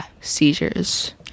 seizures